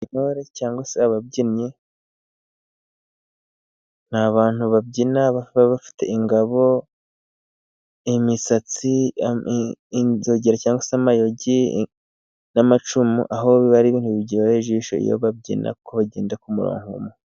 Intore cyangwa se ababyinnyi ni abantu babyina bafite ingabo, imisatsi, inzogera cyangwa se amayogi n'amacumu, aho biba ari ibintu biryoheye ijisho iyo babyina kuko bagenda ku murongo umwe.